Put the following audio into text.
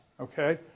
Okay